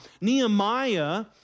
Nehemiah